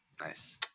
Nice